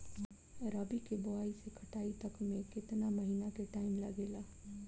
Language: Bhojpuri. रबी के बोआइ से कटाई तक मे केतना महिना के टाइम लागेला?